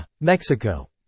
Mexico